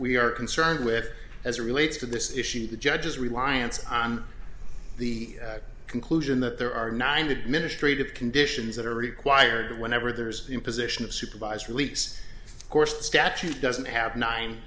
we are concerned with as it relates to this issue the judge's reliance on the conclusion that there are nine administrative conditions that are required whenever there's imposition of supervised release of course the statute doesn't